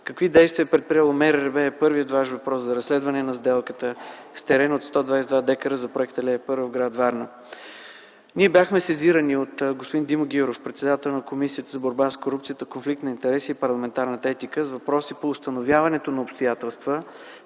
Какви действия е предприело МРРБ – е първият Ваш въпрос, за разследване на сделката с терен от 122 декара за проекта „Алея първа” в гр. Варна? Ние бяхме сезирани от господин Димо Гяуров – председател на Комисията за борба с корупцията, конфликт на интереси и парламентарната етика, с въпроси по установяването на обстоятелства